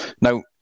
Now